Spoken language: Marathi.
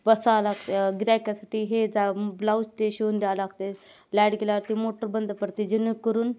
बसावं लाग गिऱ्हायकासाठी हे जा ब्लाऊज ते शिवून द्यावं लागते लायड गेल्यावरती मोटर बंद पडते जेणेकरून